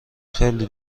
خیلی